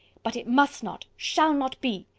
but it must not, shall not be.